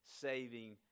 saving